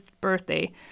birthday